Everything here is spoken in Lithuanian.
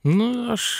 nu aš